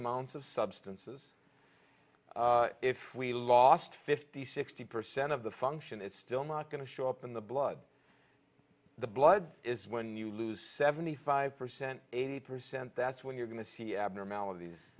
amounts of substances if we lost fifty sixty percent of the function it's still not going to show up in the blood the blood is when you lose seventy five percent eighty percent that's when you're going to see abnormalities